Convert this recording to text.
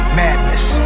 madness